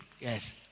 Yes